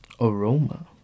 aroma